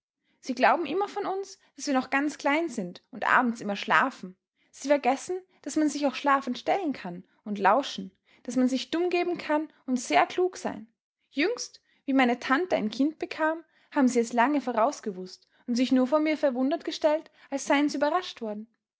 sie glauben immer von uns daß wir noch ganz klein sind und abends immer schlafen sie vergessen daß man sich auch schlafend stellen kann und lauschen daß man sich dumm geben kann und sehr klug sein jüngst wie meine tante ein kind bekam haben sie es lange vorausgewußt und sich nur vor mir verwundert gestellt als seien sie überrascht worden